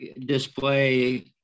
display